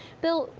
bill,